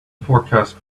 forecast